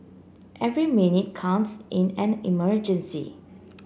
every minute counts in an emergency